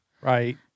Right